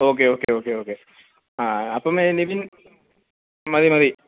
okay okay okay okay ആ അപ്പം നിവിൻ മതി മതി